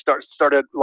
started